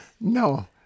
No